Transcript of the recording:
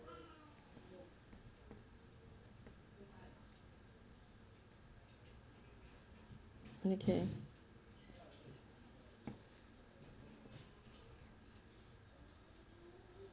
okay